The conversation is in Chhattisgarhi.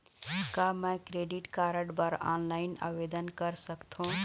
का मैं क्रेडिट कारड बर ऑनलाइन आवेदन कर सकथों?